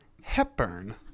Hepburn